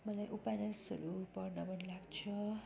मलाई उपन्यासहरू पढ्न मन लाग्छ